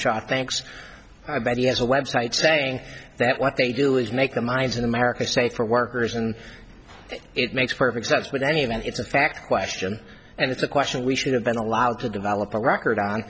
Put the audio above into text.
k thanks i bet he has a website saying that what they do is make their minds in america safe for workers and it makes perfect sense but anyway and it's a fact question and it's a question we should have been allowed to develop a record on